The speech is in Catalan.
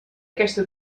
aquesta